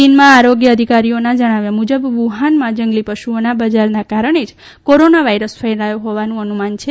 ચીનના આરોગ્ય અધિકારીઓના જણાવ્યા મુજબ વુહાનમાં જંગલી પશુઓના બજારના કારણે જ કોરોના વાયરસ ફેલાયો હોવાનું અનુમાન છે